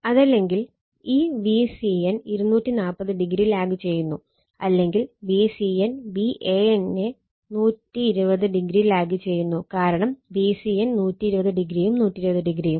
അതല്ലെങ്കിൽ ഈ Vcn 240o lag ചെയ്യുന്നു അല്ലെങ്കിൽ Vcn Van നെ 120o ലാഗ് ചെയ്യുന്നു കാരണം Vcn 120o യും 120o യും